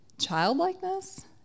Childlikeness